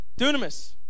dunamis